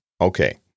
okay